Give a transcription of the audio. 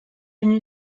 une